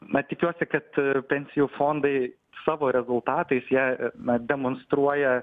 na tikiuosi kad ir pensijų fondai savo rezultatais jie na demonstruoja